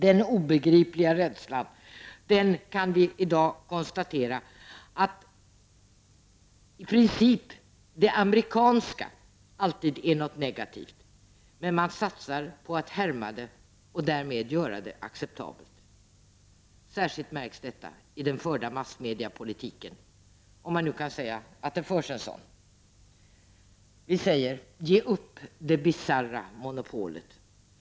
Vi kan i dag konstatera att den obegripliga rädslan innebär att det amerikanska i princip alltid är något negativt, men man satsar på att härma det och därmed göra det acceptabelt. Särskilt märks detta i den förda massmediapolitiken — om man nu kan säga att en sådan förs. Ge upp det bisarra monopolet!